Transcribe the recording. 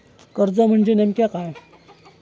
कर्ज म्हणजे नेमक्या काय?